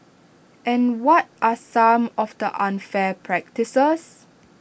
and what are some of the unfair practices